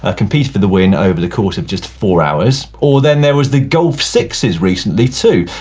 ah competed for the win over the course of just four hours. or then there was the golf sixes recently too.